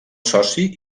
soci